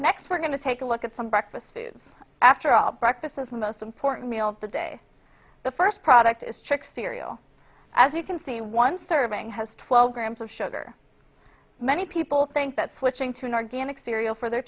next we're going to take a look at some breakfast foods after all breakfast as the most important meal of the day the first product is chick cereal as you can see one serving has twelve grams of sugar many people think that switching to an organic cereal for their